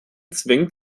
zwängt